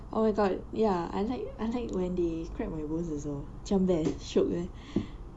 oh my god ya I like I like when they crack my bones also macam best shiok eh